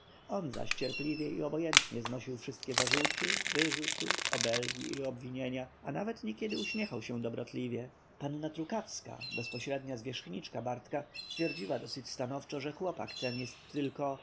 on zaś cierpliwie i obojętnie znosił wszystkie zarzuty wyrzuty obelgi i obwinienia a nawet niekiedy uśmiechał się dobrotliwie panna trukawska bezpośrednia zwierzchniczka bartka twierdziła dosyć stanowczo że chłopak ten jest tylko